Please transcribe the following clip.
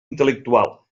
intel·lectual